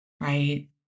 right